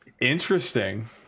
Interesting